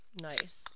Nice